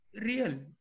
real